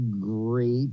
great